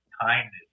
kindness